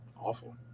awful